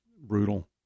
brutal